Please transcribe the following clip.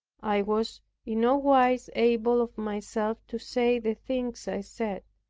i was in no wise able of myself to say the things i said.